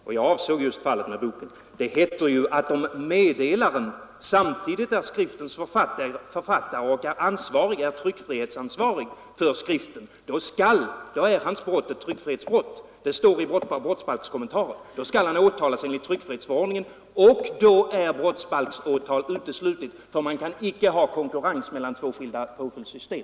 Fru talman! Ja, men det heter ju i brottsbalkskommentaren — och jag avsåg just fallet med boken — att om meddelaren samtidigt är skriftens författare och är tryckfrihetsansvarig för den, är hans brott ett tryckfrihetsbrott. Då skall han åtalas enligt tryckfrihetsförordningen och brottsbalksåtal är uteslutet, eftersom man icke kan ha konkurrens mellan två skilda påföljdssystem.